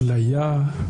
הפליה,